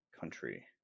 Country